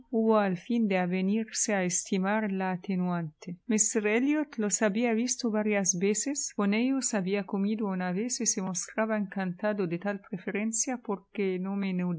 al fin de avenirse a estimar la atenuante míster elliot los había visto varias veces con ellos había comido una vez y se mostraba encantado de tal preferencia porque no menudeaban